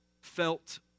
felt